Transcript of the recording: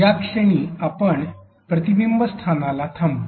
या क्षणी आपण प्रतिबिंब स्थानाला थांबू